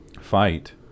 fight